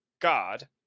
God